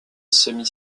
semi